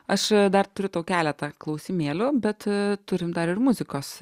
aš dar turiu tau keletą klausimėlių bet turim dar ir muzikos